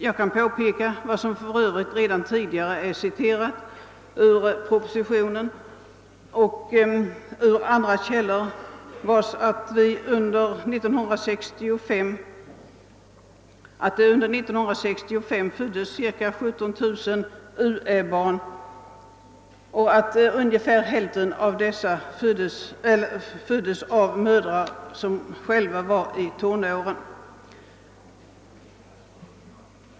Jag kan påpeka — detta har för övrigt redan tidigare citerats ur propositionen och andra källor — att det 1965 föddes cirka 17 000 uä-barn och att ungefär hälften av dessa föddes av mödrar som var i tonåren.